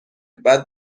بعد